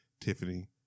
Tiffany